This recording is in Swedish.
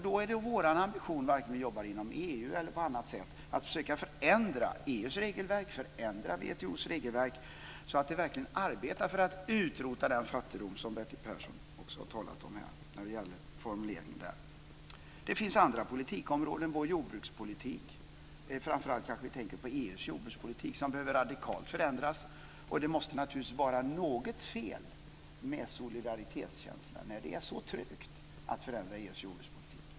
Då är det vår ambition, oavsett om vi jobbar inom EU eller på annat sätt, att försöka förändra EU:s regelverk och WTO:s regelverk, så att de verkligen arbetar för att utrota den fattigdom som Bertil Persson också har talat om här. Det gäller formuleringen. Det finns andra politikområden, t.ex. vår jordbrukspolitik. Vi tänker kanske framför allt på EU:s jordbrukspolitik, som radikalt behöver förändras. Det måste naturligtvis vara något fel med solidaritetskänslan när det är så trögt att förändra EU:s jordbrukspolitik.